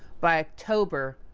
by october,